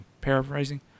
paraphrasing